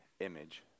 image